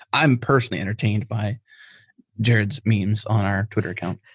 i'm personally entertained by jerod's memes on our twitter account.